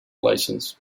license